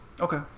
Okay